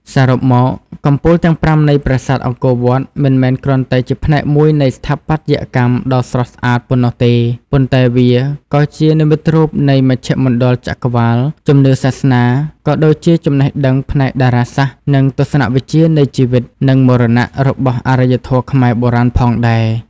សរុបមក កំពូលទាំងប្រាំនៃប្រាសាទអង្គរវត្ត មិនមែនគ្រាន់តែជាផ្នែកមួយនៃស្ថាបត្យកម្មដ៏ស្រស់ស្អាតប៉ុណ្ណោះទេ ប៉ុន្តែវាក៏ជា និមិត្តរូបនៃមជ្ឈមណ្ឌលចក្រវាឡ ជំនឿសាសនា ក៏ដូចជាចំណេះដឹងផ្នែកតារាសាស្ត្រ និងទស្សនវិជ្ជានៃជីវិត និងមរណៈ របស់អរិយធម៌ខ្មែរបុរាណផងដែរ។